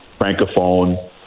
francophone